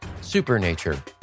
Supernature